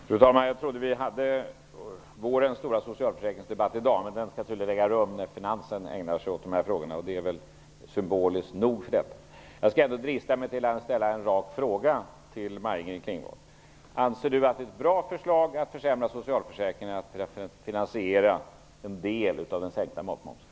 Fru talman! Jag trodde att vi skulle föra vårens stora socialförsäkringspolitiska debatt i dag, men den skall tydligen äga rum när finansen ägnar sig åt de här frågorna. Det är väl symboliskt nog. Jag skall ändå drista mig till att ställa en rak fråga till Maj-Inger Klingvall. Anser Maj-Inger Klingvall att det är ett bra förslag att försämra socialförsäkringarna för att finansiera en del av den sänkta matmomsen?